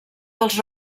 dels